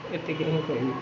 ଏତିକିରେ ମୁଁ କହିବି